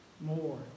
more